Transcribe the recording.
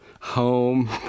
home